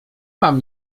mam